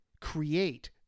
create